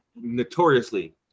notoriously